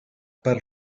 per